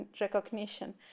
recognition